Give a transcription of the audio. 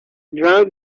drank